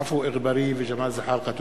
עפו אגבאריה וג'מאל זחאלקה.